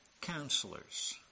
Counselors